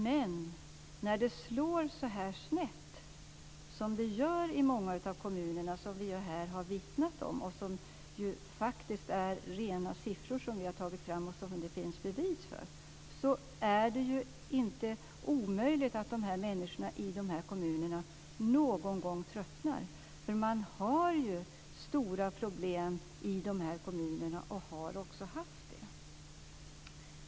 Men när det slår så snett som det gör i många kommuner, som vi här har vittnat om - det är faktiskt rena siffror som vi har tagit fram som det finns bevis för - är det inte omöjligt att människorna i dessa kommuner någon gång tröttnar. Man har ju stora problem i dessa kommuner, och man har också haft det tidigare.